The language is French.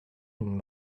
une